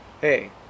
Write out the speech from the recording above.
hey